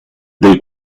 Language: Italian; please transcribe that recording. dei